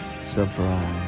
Surprise